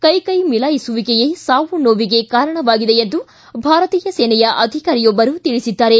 ಕೈಕೈ ಮಿಲಾಯಿಸುವಿಕೆಯೇ ಸಾವು ನೋವಿಗೆ ಕಾರಣವಾಗಿದೆ ಎಂದು ಭಾರತೀಯ ಸೇನೆಯ ಅಧಿಕಾರಿಯೊಬ್ಬರು ತಿಳಿಸಿದ್ದಾರೆ